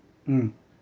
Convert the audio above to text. mm